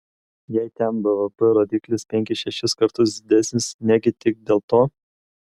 jei ten bvp rodiklis penkis šešis kartus didesnis negi tik dėl to